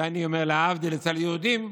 ואני אומר, להבדיל אצל יהודים,